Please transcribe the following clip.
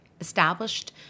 established